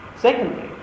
secondly